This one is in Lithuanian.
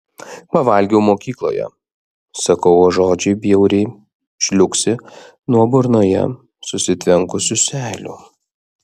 pavalgiau mokykloje sakau o žodžiai bjauriai žliugsi nuo burnoje susitvenkusių seilių